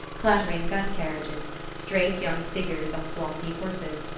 clattering gun-carriages, straight young figures on glossy horses,